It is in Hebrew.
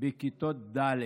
בכיתות ד'.